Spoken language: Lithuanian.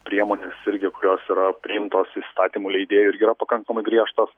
priemonės irgi kurios yra priimtos įstatymų leidėjų irgi yra pakankamai griežtos